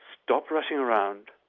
stop rushing around,